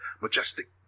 majestic